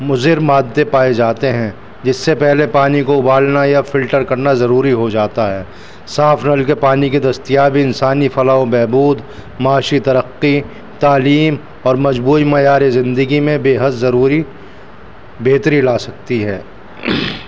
مضر مادے پائے جاتے ہیں جس سے پہلے پانی کو ابالنا یا فلٹر کرنا ضروری ہو جاتا ہے صاف نل کے پانی کی دستیابی انسانی فلاح و بہبود معاشی ترقی تعلیم اور مجموعی معیارِ زندگی میں بے حد ضروری بہتری لا سکتی ہے